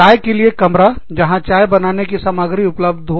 चाय के लिए कमरा जहां चाय बनाने की सामग्री उपलब्ध हो